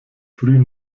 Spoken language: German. früh